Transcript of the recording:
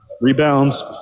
Rebounds